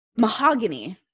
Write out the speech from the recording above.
Mahogany